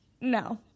No